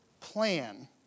plan